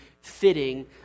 fitting